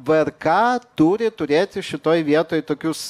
vrk turi turėti šitoj vietoj tokius